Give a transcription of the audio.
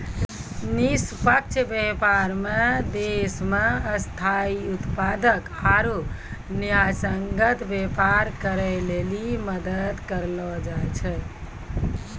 निष्पक्ष व्यापार मे देश मे स्थायी उत्पादक आरू न्यायसंगत व्यापार करै लेली मदद करै छै